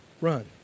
run